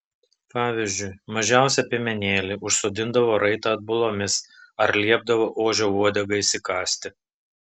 pavyzdžiui mažiausią piemenėlį užsodindavo raitą atbulomis ar liepdavo ožio uodegą įsikąsti